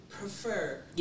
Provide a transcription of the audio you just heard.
prefer